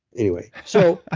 anyway so, ah